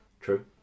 true